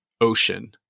ocean